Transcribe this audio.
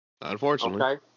Unfortunately